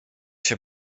się